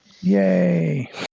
Yay